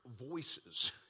voices